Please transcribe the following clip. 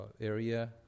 area